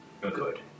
Good